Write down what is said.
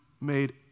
made